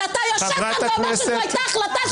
שאתה יושב כאן ואומר שזאת הייתה החלטה שגויה.